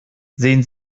sehen